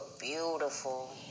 beautiful